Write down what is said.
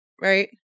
right